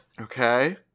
Okay